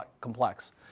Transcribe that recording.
complex